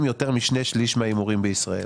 כיותר משני שליש מההימורים בישראל.